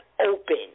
open